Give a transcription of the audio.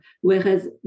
whereas